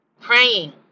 praying